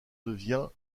devient